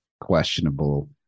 questionable